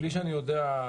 בלי שאני יודע,